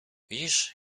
widzisz